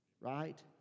Right